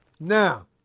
Now